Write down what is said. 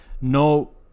no